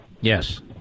yes